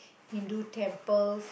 Hindu temples